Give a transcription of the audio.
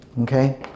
Okay